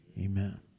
amen